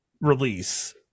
release